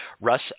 Russ